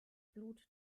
blut